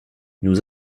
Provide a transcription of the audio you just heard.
nous